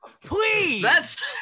Please